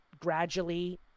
gradually